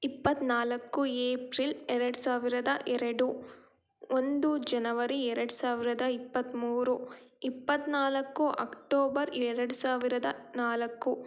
ಇಪ್ಪತ್ತ್ನಾಲ್ಕು ಏಪ್ರಿಲ್ ಎರಡು ಸಾವಿರದ ಎರಡು ಒಂದು ಜನವರಿ ಎರಡು ಸಾವಿರದ ಇಪ್ಪತ್ತ್ಮೂರು ಇಪ್ಪತ್ತ್ನಾಲ್ಕು ಅಕ್ಟೋಬರ್ ಎರಡು ಸಾವಿರದ ನಾಲ್ಕು